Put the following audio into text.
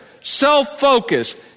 self-focused